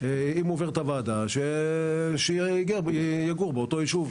- אם הוא עובר את הוועדה שיגור באותו ישוב.